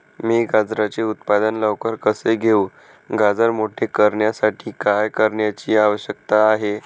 मी गाजराचे उत्पादन लवकर कसे घेऊ? गाजर मोठे करण्यासाठी काय करण्याची आवश्यकता आहे?